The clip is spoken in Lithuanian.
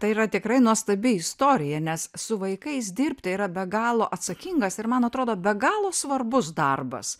tai yra tikrai nuostabi istorija nes su vaikais dirbti yra be galo atsakingas ir man atrodo be galo svarbus darbas